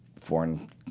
foreign